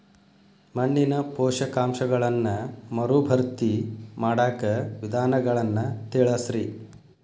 ಮಣ್ಣಿನ ಪೋಷಕಾಂಶಗಳನ್ನ ಮರುಭರ್ತಿ ಮಾಡಾಕ ವಿಧಾನಗಳನ್ನ ತಿಳಸ್ರಿ